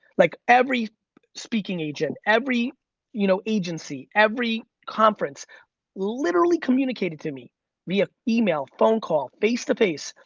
like every speaking agent, every you know agency, every conference literally communicated to me via email, phone call, face to face,